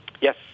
Yes